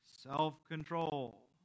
self-control